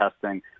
testing